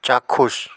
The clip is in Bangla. চাক্ষুষ